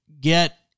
get